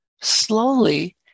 slowly